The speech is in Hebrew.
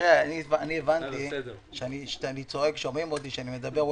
אני הבנתי שכשאני צועק שומעים אותי וכשאני מדבר,